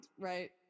right